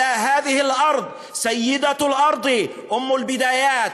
על האדמה הזאת גברת האדמה,